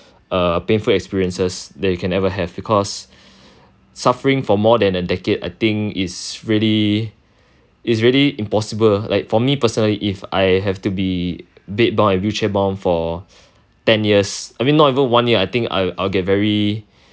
err painful experiences that you can ever had because suffering for more than a decade I think is really is really impossible like for me personally if I have to be bed bound and wheelchair bound for ten years I mean not even one year I think I'll I'll get very